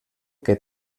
que